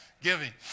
Giving